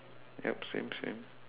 yup same same